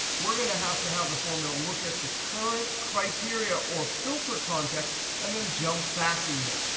we're going to have to have the formula look at the current criteria or filter context and then jump back a year.